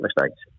mistakes